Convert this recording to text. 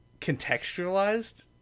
contextualized